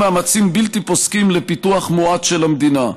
מאמצים בלתי פוסקים לפיתוח מואץ של המדינה,